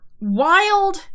wild